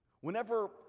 whenever